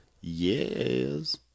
Yes